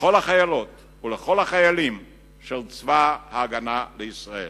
לכל החיילות ולכל החיילים של צבא-הגנה לישראל.